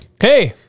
Hey